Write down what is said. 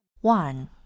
one